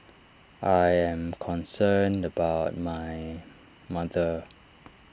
I am concerned about my mother